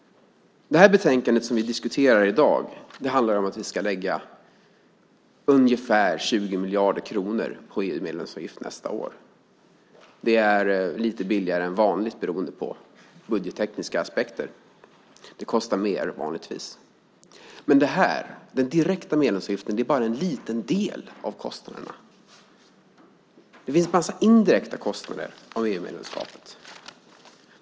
Det betänkande som vi diskuterar i dag handlar om att vi ska erlägga ungefär 20 miljarder kronor i EU-medlemsavgift nästa år. Det är lite billigare än vanligt beroende på budgettekniska aspekter. Det kostar mer vanligtvis. Men den direkta medlemsavgiften är bara en liten del av kostnaderna. Det finns en massa indirekta kostnader för EU-medlemskapet.